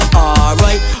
alright